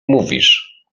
mówisz